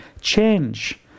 change